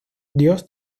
dios